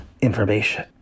information